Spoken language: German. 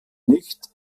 nicht